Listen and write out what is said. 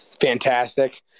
fantastic